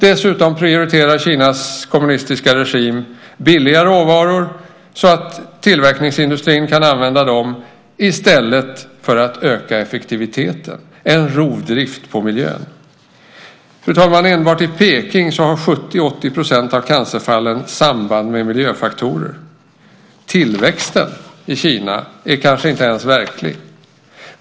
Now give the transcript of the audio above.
Dessutom prioriterar Kinas kommunistiska regim billiga råvaror så att tillverkningsindustrin kan använda dem i stället för att öka effektiviteten. Det är en rovdrift på miljön. Enbart i Beijing har 70-80 % av cancerfallen samband med miljöfaktorer. Tillväxten i Kina är kanske inte ens verklig.